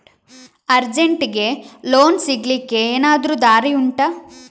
ಅರ್ಜೆಂಟ್ಗೆ ಲೋನ್ ಸಿಗ್ಲಿಕ್ಕೆ ಎನಾದರೂ ದಾರಿ ಉಂಟಾ